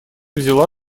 взяла